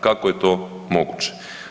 Kako je to moguće?